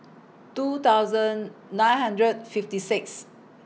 two thousand nine hundred fifty Sixth